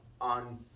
on